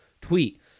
tweet